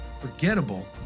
forgettable